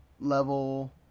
level